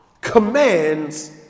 commands